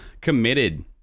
committed